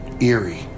eerie